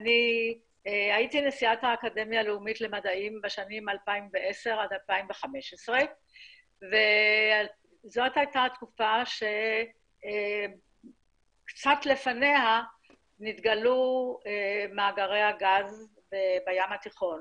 הייתי נשיאת האקדמיה הלאומית למדעים בשנים 2010 עד 2015. זו היתה התקופה שקצת לפניה נתגלו מאגרי הגז בים התיכון.